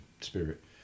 spirit